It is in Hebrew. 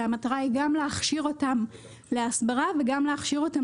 שהמטרה היא גם להכשיר אותם להסברה וגם להכשיר אותם